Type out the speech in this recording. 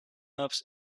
ups